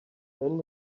then